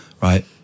Right